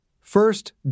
First